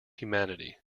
humanity